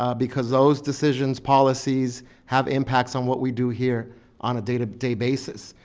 ah because those decisions, policies have impacts on what we do here on a day to day basis.